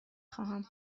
خواهم